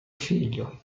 figlio